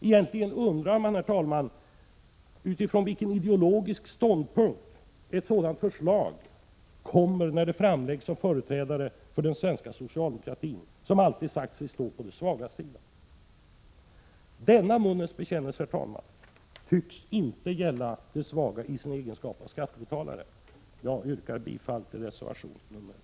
Egentligen undrar man utifrån vilken ideologisk ståndpunkt ett sådant förslag kommer, när det framläggs av företrädare för den svenska socialdemokratin, som alltid sagt sig stå på de svagas sida. Denna munnens bekännelse, herr talman, tycks inte gälla de svaga i deras egenskap av skattebetalare. Jag yrkar bifall till reservation 1.